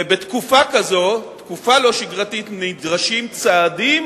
ובתקופה כזו, תקופה לא שגרתית, נדרשים צעדים